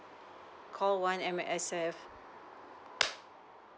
call one M_S_F